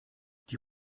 die